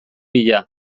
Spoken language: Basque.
bila